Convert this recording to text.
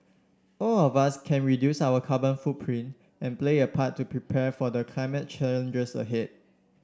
all of us can reduce our carbon footprint and play a part to prepare for the climate challenges ahead